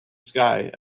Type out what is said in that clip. sky